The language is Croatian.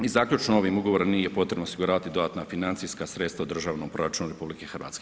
I zaključno, ovim ugovorom nije potrebno osiguravati dodatna financijska sredstva u državnom proračunu RH.